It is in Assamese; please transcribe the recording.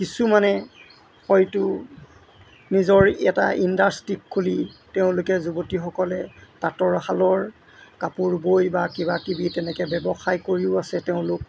কিছুমানে হয়টো নিজৰ এটা ইণ্ডাষ্ট্ৰি খুলি তেওঁলোকে যুৱতীসকলে তাঁতৰ শালৰ কাপোৰ বৈ বা কিবা কিবি তেনেকৈ ব্যৱসায় কৰিও আছে তেওঁলোক